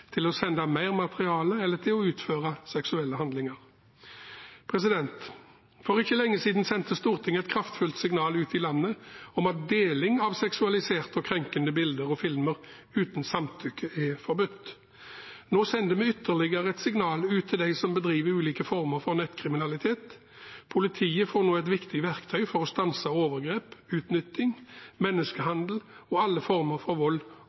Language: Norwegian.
til å sende mer materiale eller til å utføre seksuelle handlinger. For ikke lenge siden sendte Stortinget et kraftfullt signal ut i landet om at deling av seksualiserte og krenkende bilder og filmer uten samtykke er forbudt. Nå sender vi et ytterligere signal ut til dem som bedriver ulike former for nettkriminalitet. Politiet får nå et viktig verktøy for å stanse overgrep, utnytting, menneskehandel og alle former for vold